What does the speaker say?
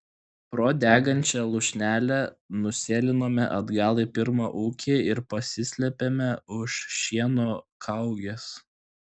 pro degančią lūšnelę nusėlinome atgal į pirmą ūkį ir pasislėpėme už šieno kaugės